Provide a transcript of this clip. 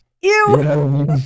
Ew